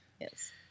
Yes